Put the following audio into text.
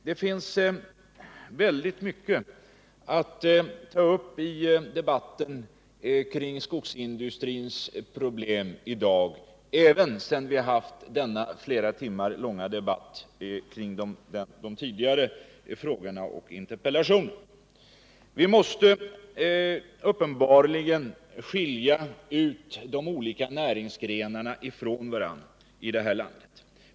Det finns väldigt mycket att ta upp i debatten kring skogsindustrins problem i dag, även sedan vi haft denna flera timmar långa debatt kring de frågor och den interpellation som tidigare besvarats. Vi måste uppenbarligen skilja de olika näringsgrenarna från varandra i det här landet.